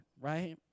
right